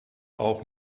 auch